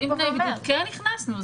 כן הכנסנו.